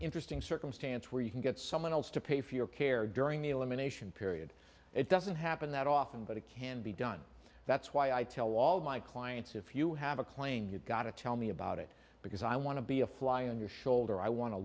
interesting circumstance where you can get someone else to pay for your care during the elimination period it doesn't happen that often but it can be done that's why i tell all my clients if you have a claim you gotta tell me about it because i want to be a fly on your shoulder i wan